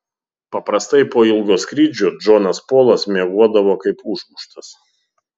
paprastai po ilgo skrydžio džonas polas miegodavo kaip užmuštas